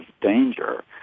danger